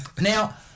Now